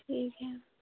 ठीक है